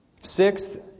Sixth